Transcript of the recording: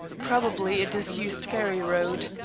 probably a disused ferry road,